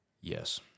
Yes